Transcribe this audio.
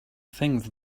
things